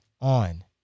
on